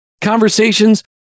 conversations